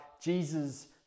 Jesus